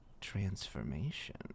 transformation